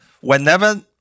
whenever